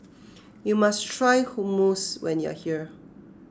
you must try Hummus when you are here